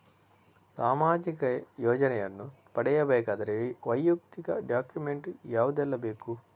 ಸಾಮಾಜಿಕ ಯೋಜನೆಯನ್ನು ಪಡೆಯಬೇಕಾದರೆ ವೈಯಕ್ತಿಕ ಡಾಕ್ಯುಮೆಂಟ್ ಯಾವುದೆಲ್ಲ ಬೇಕು?